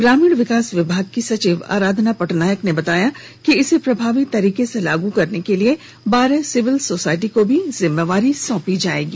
ग्रामीण विकास विभाग की सचिव आराधना पटनायक ने बताया कि इसे प्रभावी तरीके से लागू करने के लिए बारह सिविल सोशायटी को भी जिम्मेदारी सौंपी जाएगी